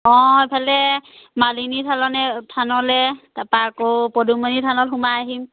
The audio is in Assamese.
অঁ এইফালে মালিনী থালনে থানলৈ তাৰপৰা আকৌ পদুমণি থানত সোমাই আহিম